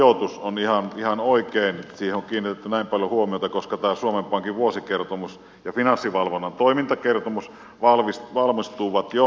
on ihan oikein että siihen on kiinnitetty näin paljon huomiota koska tämä suomen pankin vuosikertomus ja finanssivalvonnan toimintakertomus valmistuivat jo helmimaaliskuussa